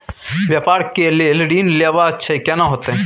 व्यापार के लेल ऋण लेबा छै केना होतै?